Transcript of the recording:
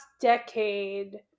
decade